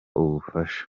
ubufasha